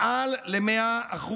מעל 100%,